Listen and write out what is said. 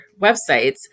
websites